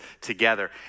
together